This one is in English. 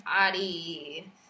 body